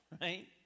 right